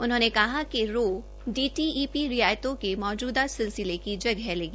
उन्होंने कहा कि रो डीटीईपी रियायतों के मौजूदा सिलसिले की जगह लेगी